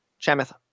Chamath